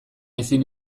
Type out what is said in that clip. ezin